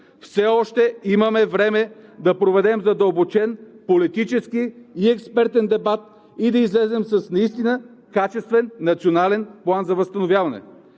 Все още имаме време да проведем задълбочен политически и експертен дебат и да излезем с наистина качествен национален План за възстановяване.